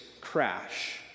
crash